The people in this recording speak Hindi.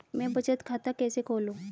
मैं बचत खाता कैसे खोलूं?